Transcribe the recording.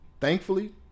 Thankfully